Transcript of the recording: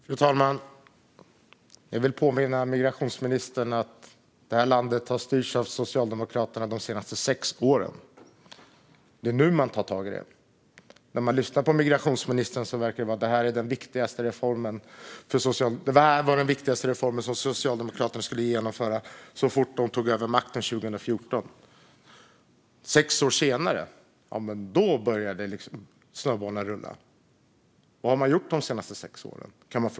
Fru talman! Jag vill påminna migrationsministern om att det här landet har styrts av Socialdemokraterna de senaste sex åren. Nu tar man tag i det här. Men på migrationsministern låter det som att det här var den viktigaste reformen Socialdemokraterna skulle genomföra så fort de tog över makten 2014. Sex år senare börjar snöbollen rulla. Vad har man gjort de senaste sex åren?